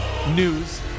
News